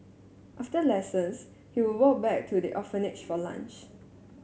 after lessons he would walk back to the orphanage for lunch